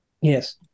Yes